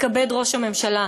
יתכבד ראש הממשלה,